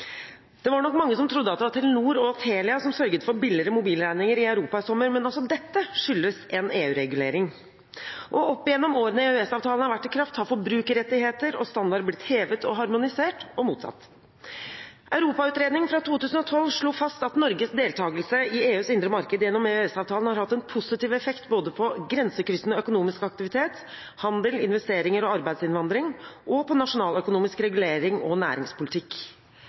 Det var nok mange som trodde at det var Telenor og Telia som sørget for billigere mobilregninger i Europa i sommer, men også dette skyldes en EU-regulering, og oppigjennom årene EØS-avtalen har vært i kraft, har forbrukerrettigheter og standarder blitt hevet og harmonisert – og motsatt. Europautredningen fra 2012 slo fast at Norges deltakelse i EUs indre marked gjennom EØS-avtalen har hatt en positiv effekt både på grensekryssende økonomisk aktivitet, handel, investeringer og arbeidsinnvandring og på nasjonaløkonomisk regulering og næringspolitikk.